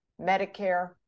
Medicare